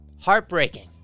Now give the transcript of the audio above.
heartbreaking